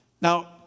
now